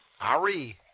Ari